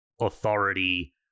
authority